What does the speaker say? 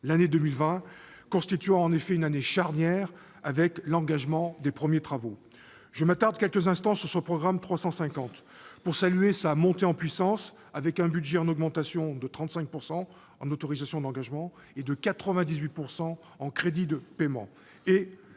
L'année 2020 constitue en effet une année charnière, marquée par l'engagement des premiers travaux. Je m'attarderai quelques instants sur le programme 350. Je salue sa montée en puissance, avec un budget en augmentation de 35 % en autorisations d'engagement et de 98 % en crédits de paiement,